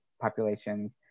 populations